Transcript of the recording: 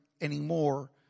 anymore